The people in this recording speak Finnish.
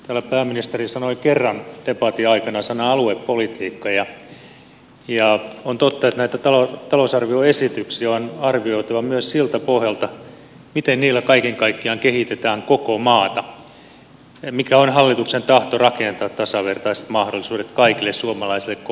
täällä pääministeri sanoi kerran debatin aikana sanan aluepolitiikka ja on totta että näitä talousarvioesityksiä on arvioitava myös siltä pohjalta miten niillä kaiken kaikkiaan kehitetään koko maata mikä on hallituksen tahto rakentaa tasavertaiset mahdollisuudet kaikille suomalaisille koko maassa